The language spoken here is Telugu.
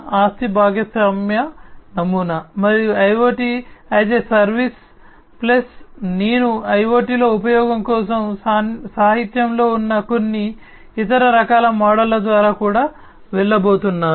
ఆస్తి భాగస్వామ్య నమూనా మరియు IoT as a service plus నేను IoT లో ఉపయోగం కోసం సాహిత్యంలో ఉన్న కొన్ని ఇతర రకాల మోడళ్ల ద్వారా కూడా వెళ్ళబోతున్నాను